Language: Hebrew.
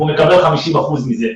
הוא מקבל 50 אחוזים מזה.